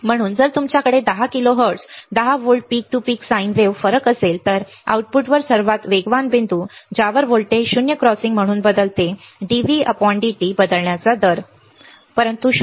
म्हणून जर तुमच्याकडे 10 किलो हर्ट्झ 10 व्होल्ट शिखर ते पीक साइन वेव्ह राईट फरक असेल तर आउटपुटवर सर्वात वेगवान बिंदू ज्यावर व्होल्टेज 0 क्रॉसिंग म्हणून बदलते dvdt बदलण्याचा दर काहीच नाही परंतु 0